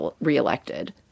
reelected